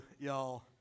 y'all